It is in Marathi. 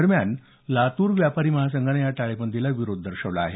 दरम्यान लातूर व्यापारी महासंघानं या टाळेबंदीला विरोध केला आहे